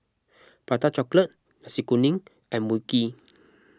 Prata Chocolate Nasi Kuning and Mui Kee